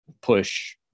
push